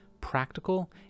practical